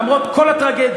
למרות כל הטרגדיות,